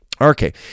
Okay